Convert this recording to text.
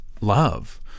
love